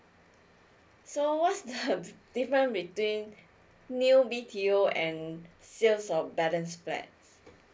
so what's the difference between new B T O and sale of balance flats